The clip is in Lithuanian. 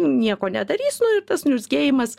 nieko nedarys nu ir tas niurzgėjimas